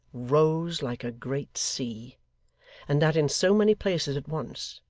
rose like a great sea and that in so many places at once,